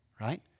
right